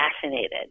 fascinated